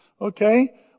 Okay